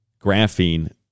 graphene